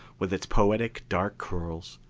with its poetic dark curls,